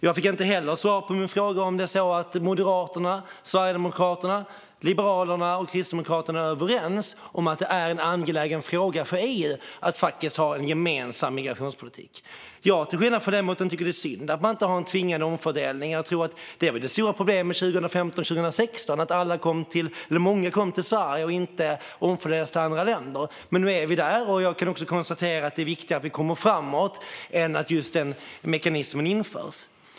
Jag fick inte heller svar på min fråga om Moderaterna, Sverigedemokraterna, Liberalerna och Kristdemokraterna är överens om att det är en angelägen fråga för EU att ha en gemensam migrationspolitik. Till skillnad från ledamoten tycker jag att det är synd att man inte har en tvingande omfördelning. Det stora problemet under 2015 och 2016 var att många kom till Sverige och inte omfördelades till andra länder. Men nu är vi här, och det är viktigare att vi kommer framåt än att just den mekanismen införs.